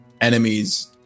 enemies